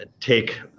take